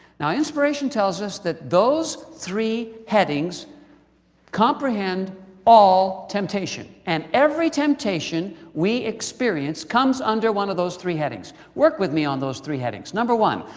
now, inspiration tells us that those three headings comprehend all temptation, and every temptation we experience comes under one of those three headings. work with me on those three headings. number one,